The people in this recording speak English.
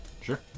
sure